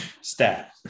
Stat